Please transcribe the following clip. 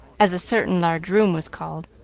as a certain large room was called.